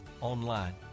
online